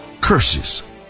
curses